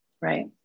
right